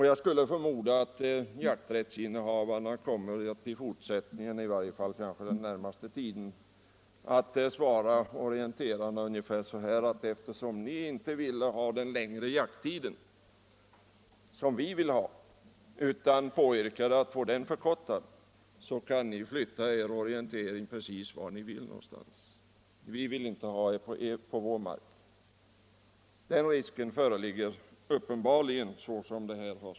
Jag skulle förmoda att jakträttsinnehavarna i fortsättningen — i varje fall inom den närmaste tiden - kommer att svara orienterarna ungefär så här: Eftersom ni inte velat ha den längre jakttiden, som vi vill ha, utan påyrkat att få den förkortad, kan ni flytta i väg er orientering precis vart ni vill någon annanstans. Vi vill inte ha er på vår mark! Den risken föreligger uppenbarligen.